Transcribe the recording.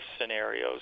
scenarios